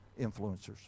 influencers